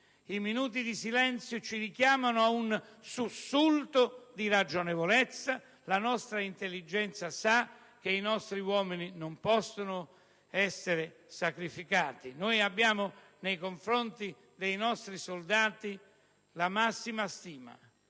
I minuti di silenzio ci richiamano ad un sussulto di ragionevolezza. La nostra intelligenza sa che i nostri uomini non possono essere sacrificati. Abbiamo nei confronti dei nostri soldati la massima stima.